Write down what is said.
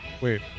Wait